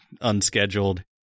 unscheduled